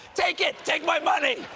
take it! take my money!